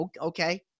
okay